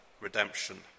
redemption